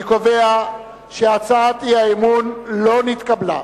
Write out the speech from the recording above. אני קובע שהצעת האי-אמון לא נתקבלה.